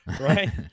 right